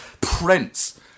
Prince